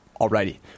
Alrighty